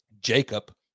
Jacob